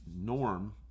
norm